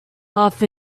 half